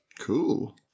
Cool